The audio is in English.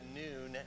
noon